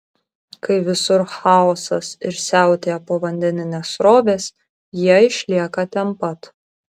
kai visur chaosas ir siautėja povandeninės srovės jie išlieka ten pat